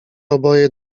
oboje